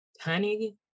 honey